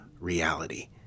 reality